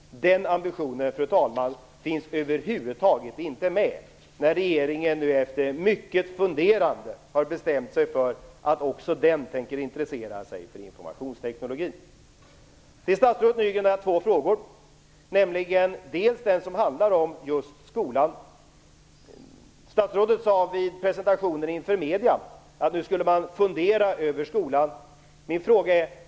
Den ambitionen, fru talman, finns över huvud taget inte med när regeringen nu efter mycket funderande har bestämt sig för att också den tänker intressera sig för informationsteknologin. Jag har två frågor till statsrådet Jan Nygren. Min första fråga gäller just skolan. Statsrådet sade vid presentationen inför medierna att man nu skall fundera över skolan.